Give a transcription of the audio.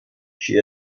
she